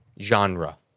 genre